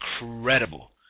incredible